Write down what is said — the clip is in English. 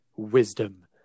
wisdom